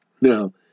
Now